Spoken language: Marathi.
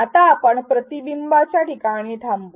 आता आपण प्रतिबिंबाच्या ठिकाणी थांबू